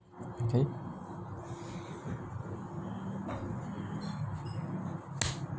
okay